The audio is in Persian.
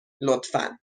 لطفا